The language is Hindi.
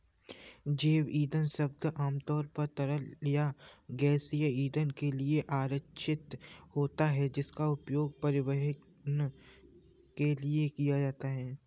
जैव ईंधन शब्द आमतौर पर तरल या गैसीय ईंधन के लिए आरक्षित होता है, जिसका उपयोग परिवहन के लिए किया जाता है